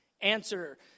answer